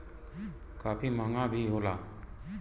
काफी महंगा भी होला